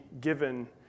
given